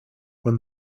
when